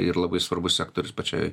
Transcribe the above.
ir labai svarbus sektorius pačiai